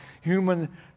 human